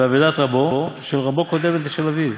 ואבדת רבו, של רבו קודמת לשל אביו.